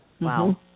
Wow